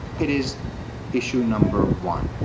it is issue number one.